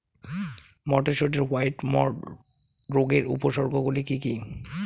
মটরশুটির white mould রোগের উপসর্গগুলি কী কী?